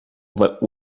but